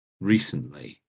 recently